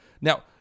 Now—